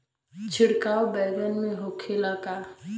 छिड़काव बैगन में होखे ला का?